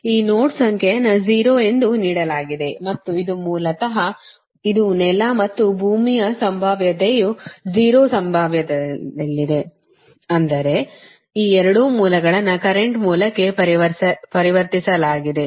ಈ ನೋಡ್ ಸಂಖ್ಯೆಯನ್ನು 0 ಎಂದು ನೀಡಲಾಗಿದೆ ಮತ್ತು ಇದು ಮೂಲತಃ ಇದು ನೆಲ ಮತ್ತು ಭೂಮಿಯ ಸಂಭಾವ್ಯತೆಯು 0 ಸಂಭಾವ್ಯದಲ್ಲಿದೆ ಅಂದರೆ ಈ 2 ಮೂಲಗಳನ್ನು ಕರೆಂಟ್ ಮೂಲಕ್ಕೆ ಪರಿವರ್ತಿಸಲಾಗಿದೆ